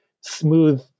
smooth